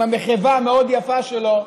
עם המחווה המאוד-יפה שלו,